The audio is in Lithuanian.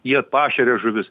jie pašeria žuvis